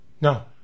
No